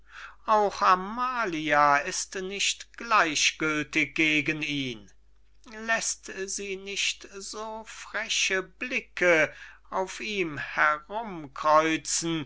auch amalia ist nicht gleichgültig gegen ihn läßt sie nicht so gierig schmachtende blicke auf dem